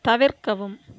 தவிர்க்கவும்